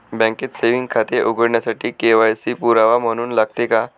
बँकेत सेविंग खाते उघडण्यासाठी के.वाय.सी पुरावा म्हणून लागते का?